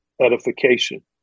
edification